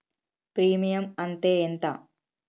Premium అత్తే ఎంత?